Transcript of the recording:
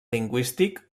lingüístic